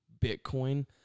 Bitcoin